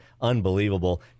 unbelievable